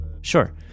Sure